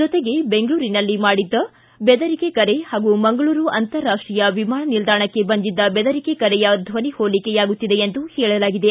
ಜತೆಗೆ ಬೆಂಗಳೂರಿನಲ್ಲಿ ಮಾಡಿದ್ದ ಬೆದರಿಕೆ ಕರೆ ಹಾಗೂ ಮಂಗಳೂರು ಅಂತರಾಷ್ಷೀಯ ವಿಮಾನ ನಿಲ್ನಾಣಕ್ಕೆ ಬಂದಿದ್ದ ಬೆದರಿಕೆ ಕರೆಯ ಧ್ವನಿ ಹೋಲಿಕೆಯಾಗುತ್ತಿದೆ ಎಂದು ಹೇಳಲಾಗಿದೆ